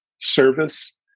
service